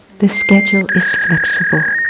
the schedule is flexible.